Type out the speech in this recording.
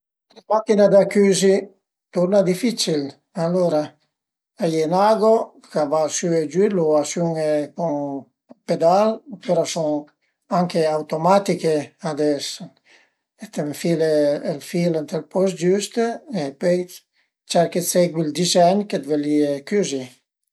La machin-a da cüzi al e turna dificil: alura a ie ün ago ch'a va sü e giü, lu asiun-e cun ün pedal opüra cun anche automaticheades, t'enfile ël fil ënt ël post giüst e pöi cerchi dë segui ël dizègn che ti völìe cüzi